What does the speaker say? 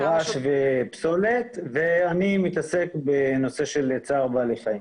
רעש ופסולת, ואני מתעסק בנושא צער בעלי חיים.